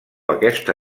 aquesta